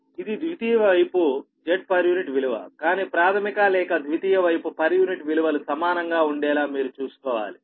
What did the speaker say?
ఇది ద్వితీయ వైపు Z విలువకానీ ప్రాథమిక లేక ద్వితీయ వైపు పర్ యూనిట్ విలువలు సమానంగా ఉండేలా మీరు చూసుకోవాలి